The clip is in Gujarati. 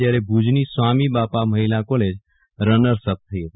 જયારે ભૂજની સ્વામિબાપા મહિલા કોલેજ રનર્સ અપ થઈ હતી